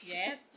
Yes